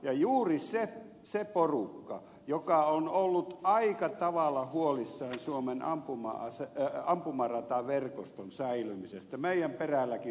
ja juuri se porukka joka on ollut aika tavalla huolissaan suomen ampumarataverkoston säilymisestä